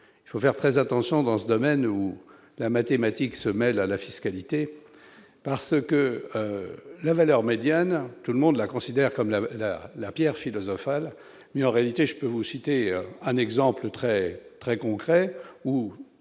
il faut faire très attention dans ce domaine où la mathématique se mêle à la fiscalité parce que la valeur médiane, tout le monde la considère comme la la la Pierre philosophale mais en réalité, je peux vous citer un exemple très, très concret ou